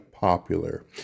popular